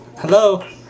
Hello